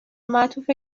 معطوف